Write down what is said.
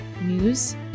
news